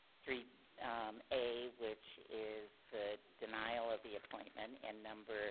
three a, which is the denial of the appointment, and number